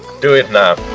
do it now!